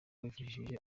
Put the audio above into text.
wifashishije